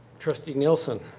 trustee nielsen?